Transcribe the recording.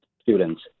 students